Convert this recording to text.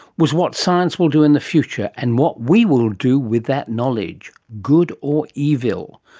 was what science will do in the future and what we will do with that knowledge good, or evil.